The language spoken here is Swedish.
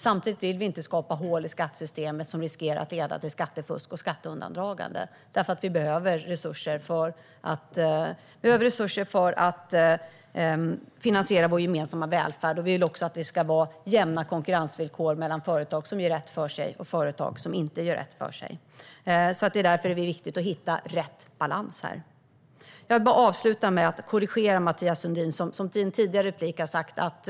Samtidigt vill vi inte skapa hål i skattesystemet som riskerar att leda till skattefusk och skatteundandragande, eftersom vi behöver resurser för att finansiera vår gemensamma välfärd. Vi vill också att det ska vara jämna konkurrensvillkor mellan företag som gör rätt för sig och företag som inte gör rätt för sig. Därför är det viktigt att hitta rätt balans. Jag vill avsluta med att korrigera Mathias Sundin, som i en tidigare replik sa att